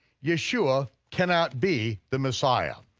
yeshua cannot be the messiah.